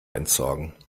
entsorgen